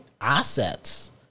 assets